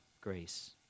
grace